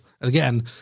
again